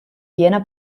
piena